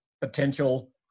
potential